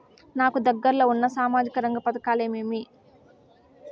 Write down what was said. నాకు దగ్గర లో ఉన్న సామాజిక రంగ పథకాలు ఏమేమీ?